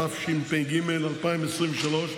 התשפ"ג 2023,